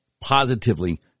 positively